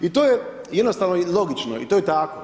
I to je jednostavno i logično, i to je tako.